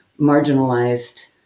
marginalized